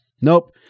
nope